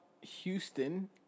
Houston